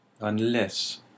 Unless